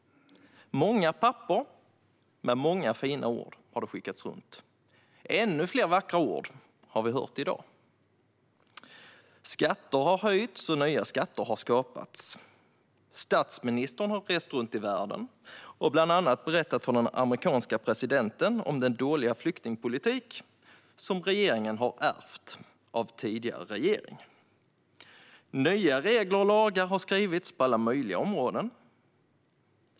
Många papper med många fina ord har skickats runt, och ännu fler vackra ord har vi hört i dag. Skatter har höjts, och nya skatter har skapats. Statsministern har rest runt i världen och bland annat berättat för den amerikanska presidenten om den dåliga flyktingpolitik som regeringen har ärvt av tidigare regeringar. Nya regler och lagar har skrivits på alla möjliga områden.